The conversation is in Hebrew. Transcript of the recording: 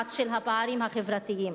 נמנעת של הפערים החברתיים.